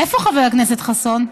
איפה חבר הכנסת חסון?